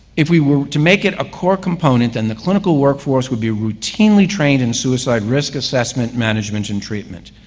if we were to make it a core component, and the clinical workforce would be routinely trained in suicide risk assessment, management and treatment.